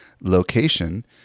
location